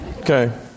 Okay